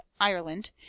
ireland